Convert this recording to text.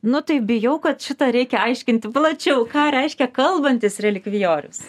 nu tai bijau kad šitą reikia aiškinti plačiau ką reiškia kalbantis relikvijorius